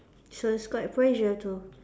so it's quite pressure to